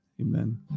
Amen